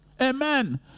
Amen